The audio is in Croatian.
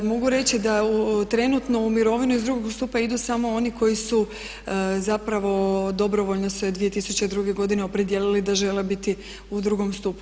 Mogu reći da trenutno u mirovinu iz drugog stupa idu samo oni koji su zapravo dobrovoljno se 2002. godine opredijelili da žele biti u drugom stupu.